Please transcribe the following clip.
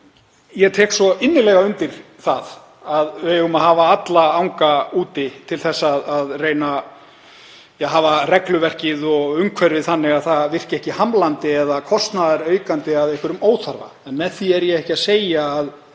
ég tek svo innilega undir það að við eigum að hafa alla anga úti til að reyna að hafa regluverkið og umhverfi þannig að það virki ekki hamlandi eða kostnaðaraukandi að einhverjum óþarfa. En með því er ég ekki að segja að